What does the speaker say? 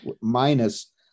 minus